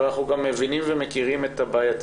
אבל אנחנו גם מבינים ומכירים את הבעייתיות